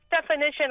definition